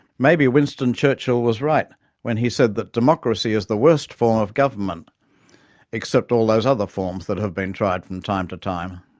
maybe winston churchill was right when he said that democracy is the worst form of government except all those other forms that have been tried from time to time.